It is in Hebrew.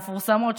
המפורסמות,